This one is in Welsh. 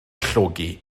llogi